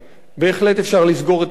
בהחלט אפשר לסגור את הגבולות,